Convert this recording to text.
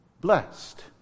blessed